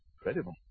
Incredible